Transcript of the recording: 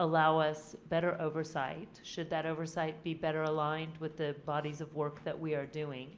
allow us better oversight should that oversight be better aligned with the bodies of work that we are doing.